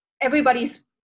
everybody's